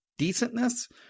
decentness